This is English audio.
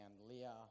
Leah